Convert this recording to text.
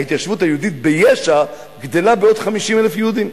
ההתיישבות היהודית ביש"ע גדלה בעוד 50,000 יהודים.